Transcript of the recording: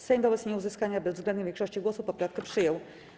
Sejm wobec nieuzyskania bezwzględnej większości głosów poprawkę przyjął.